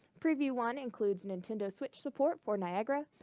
preview one includes nintendo switch support for niagara,